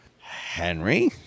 Henry